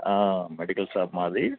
medical shop మాది